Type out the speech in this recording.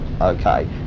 okay